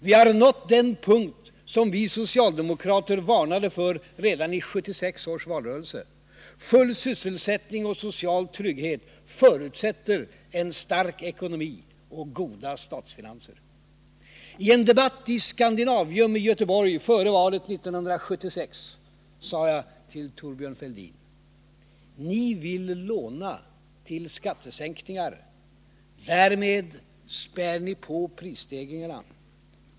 Vi har nått den punkt som vi socialdemokrater varnade för redan i 1976 års valrörelse. Full sysselsättning och social trygghet förutsätter en stark ekonomi och goda statsfinanser. I en debatt i Skandinavium i Göteborg före valet 1976 sade jag till Thorbjörn Fälldin: ”Ni vill låna till skattesänkningar, därmed spär ni på prisstegringarna.